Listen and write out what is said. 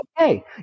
okay